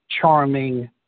charming